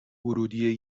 ورودی